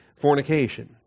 fornication